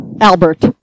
Albert